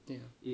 ya